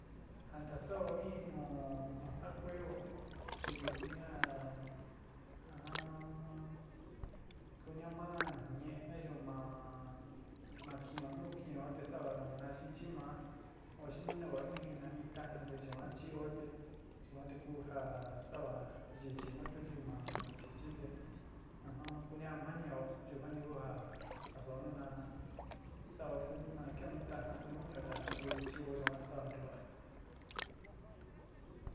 Jantasa'ó in nú nu ja kueó chi ku ñaá kunía ma ñe'eyo ma ma kin'ó nu kin'ó te sa'a naxichi maá o xi nu nevao in na in tajna te yuan chío te yuán te ku ja saa yichi nu tu nu chi ma yichi te kunia naniao yuka ki ku ja ja saó nu na sao te nu ma kin'ó nu tajna su nu nio tajna te chi'ó yuán saada ntuva.